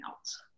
else